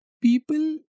people